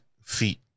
feet